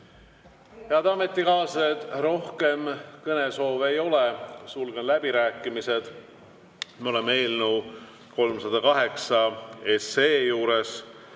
Head ametikaaslased, rohkem kõnesoove ei ole. Sulgen läbirääkimised. Me oleme eelnõu 308 juures.